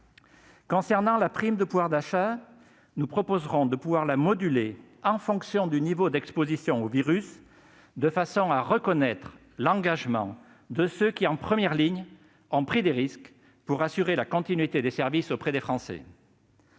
moduler la prime de pouvoir d'achat en fonction du niveau d'exposition au virus, de façon à reconnaître l'engagement de ceux qui, en première ligne, ont pris des risques pour assurer la continuité des services auprès des Français.